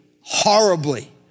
horribly